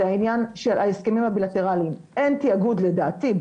זה העניין של ההסכמים הבילטרליים אין תאגוד לדעתי,